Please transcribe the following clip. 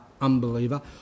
unbeliever